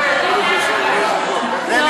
טוב,